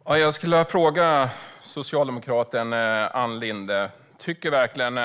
Herr talman! Jag skulle vilja fråga socialdemokraten Ann Linde om hon verkligen